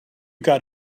got